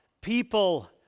people